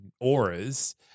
auras